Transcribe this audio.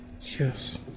Yes